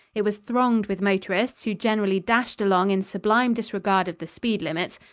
it was thronged with motorists who generally dashed along in sublime disregard of the speed limits.